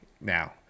now